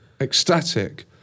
ecstatic